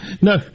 No